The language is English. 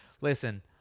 Listen